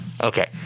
okay